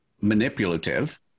manipulative